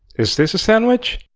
is this sandwich?